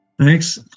Thanks